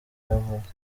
yavutse